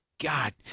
God